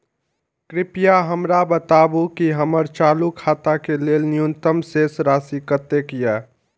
कृपया हमरा बताबू कि हमर चालू खाता के लेल न्यूनतम शेष राशि कतेक या